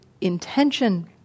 intention